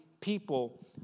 people